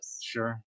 Sure